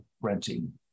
Renting